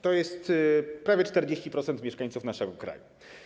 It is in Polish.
To jest prawie 40% mieszkańców naszego kraju.